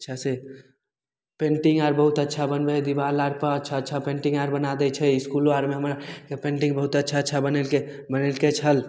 अच्छासँ पेन्टिंग आर बहुत अच्छा बनबय हइ दिवाल आरपर अच्छा अच्छा पेन्टिंग आर बना दै छै इसकुलो आरमे हमराके पेन्टिंग बहुत अच्छा अच्छा बनेलकय बनेलकय छल